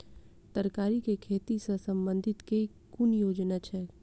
तरकारी केँ खेती सऽ संबंधित केँ कुन योजना छैक?